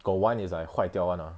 got [one] is like 坏掉 [one] lah